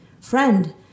Friend